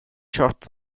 shirts